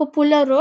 populiaru